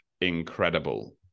incredible